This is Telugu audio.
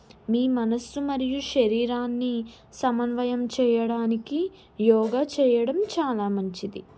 మీ మనస్సు మరియు శరీరాన్ని సమన్వయం చేయడానికి యోగ చేయడం చాలా మంచిది